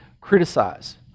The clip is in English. criticize